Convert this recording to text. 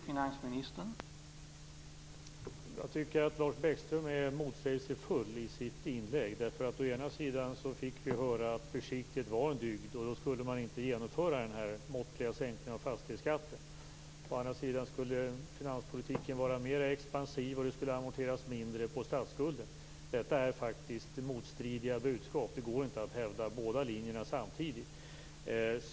Herr talman! Jag tycker att Lars Bäckström är motsägelsefull i sitt inlägg. Å ena sidan fick vi nämligen höra att försiktighet är en dygd, och därför skulle man inte genomföra den här måttliga sänkningen av fastighetsskatten. Å andra sidan skulle finanspolitiken vara mer expansiv och det skulle amorteras mindre på statsskulden. Detta är faktiskt motstridiga budskap. Det går inte att hävda båda linjerna samtidigt.